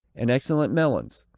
and excellent melons.